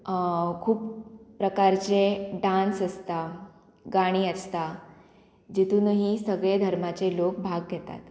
खूब प्रकारचे डांस आसता गाणी आसता जितून ही सगळे धर्माचे लोक भाग घेतात